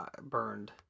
burned